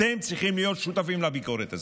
אתם צריכים להיות שותפים לביקורת הזאת.